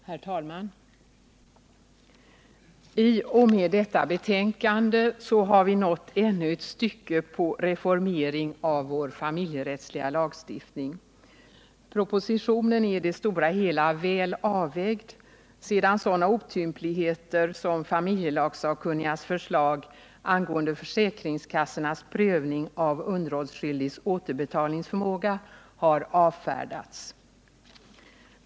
Herr talman! I och med detta betänkande har vi nått ännu ett stycke framåt vid reformeringen av vår familjerättsliga lagstiftning. Propositionen är i det stora hela väl avvägd sedan sådana otympligheter som familjelagssakkunnigas förslag angående försäkringskassornas prövning av underhållsskyldigas återbetalningsförmåga har avfärdats.